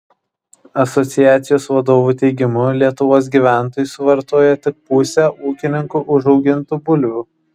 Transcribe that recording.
asociacijos vadovų teigimu lietuvos gyventojai suvartoja tik pusę ūkininkų užaugintų bulvių